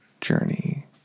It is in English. journey